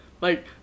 Like-